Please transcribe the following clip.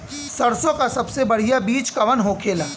सरसों का सबसे बढ़ियां बीज कवन होखेला?